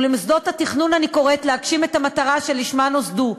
ולמוסדות התכנון אני קוראת להגשים את המטרה שלשמה נוסדו,